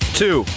two